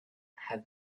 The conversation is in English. have